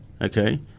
okay